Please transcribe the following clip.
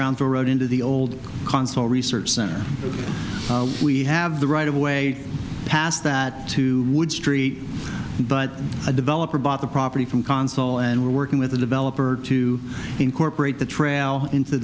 around the road into the old console research center we have the right of way past that too would street but a developer bought the property from console and working with the developer to incorporate the trail into